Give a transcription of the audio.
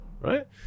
right